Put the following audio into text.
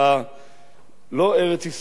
הלא-ארץ-ישראלי,